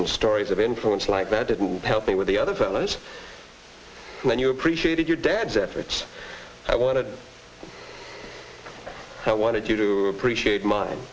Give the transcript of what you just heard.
with stories of inference like that didn't help me with the other fellows when you appreciated your dad's efforts i wanted i wanted you to appreciate mine